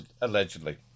Allegedly